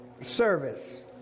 service